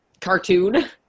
cartoon